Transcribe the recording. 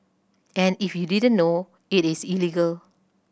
and if you didn't know it is illegal